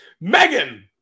Megan